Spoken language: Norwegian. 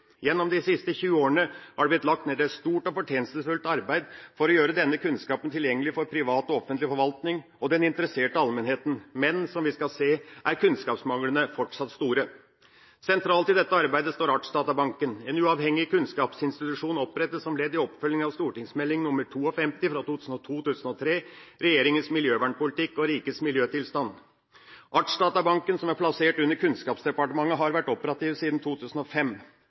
Gjennom de siste 20 årene har det blitt lagt ned et stort og fortjenestefullt arbeid for å gjøre denne kunnskapen tilgjengelig for privat og offentlig forvaltning og den interesserte allmennheten, men, som vi skal se, er kunnskapsmanglene fortsatt store. Sentralt i dette arbeidet står Artsdatabanken, en uavhengig kunnskapsinstitusjon opprettet som ledd i oppfølgingen av St.meld. nr. 25 for 2002–2003, Regjeringens miljøvernpolitikk og rikets miljøtilstand. Artsdatabanken, som er plassert under Kunnskapsdepartementet, har vært operativ siden 2005.